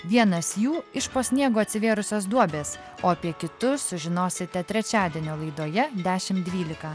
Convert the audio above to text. vienas jų iš po sniego atsivėrusios duobės o apie kitus sužinosite trečiadienio laidoje dešimt dvylika